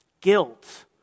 Guilt